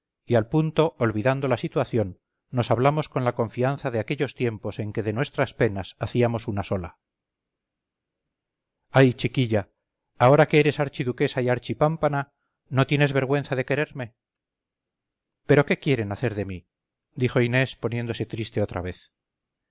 y al punto olvidando la situación nos hablamos con la confianza de aquellos tiempos en que de nuestras penas hacíamos una sola ay chiquilla ahora que eres archiduquesa y archipámpana no tienes vergüenza de quererme pero qué quieren hacer de mí dijo inés poniéndose triste otra vez